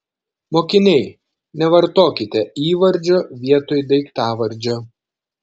mokiniai nevartokite įvardžio vietoj daiktavardžio